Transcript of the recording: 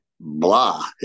blah